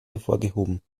hervorgehoben